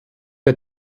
der